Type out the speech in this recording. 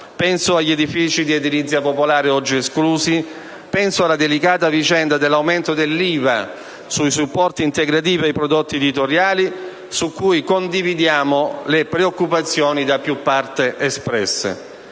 e degli edifici di edilizia popolare (oggi esclusi) e alla delicata vicenda dell'aumento dell'IVA sui supporti integrativi ai prodotti editoriali, su cui condividiamo le preoccupazioni da più parte espresse.